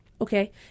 Okay